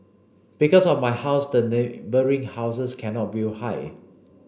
because of my house the neighbouring houses cannot build high